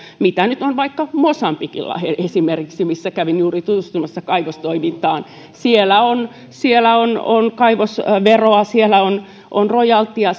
mitä nyt on vaikka mosambikilla esimerkiksi missä kävin juuri tutustumassa kaivostoimintaan siellä on on kaivosveroa siellä on on rojaltia